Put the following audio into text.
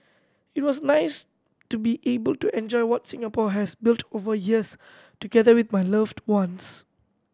it was nice to be able to enjoy what Singapore has built over years together with my loved ones